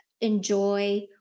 enjoy